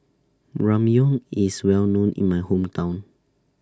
Ramyeon IS Well known in My Hometown